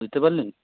বুঝতে পারলেন